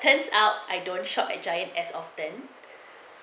turns out I don't shop at giant as often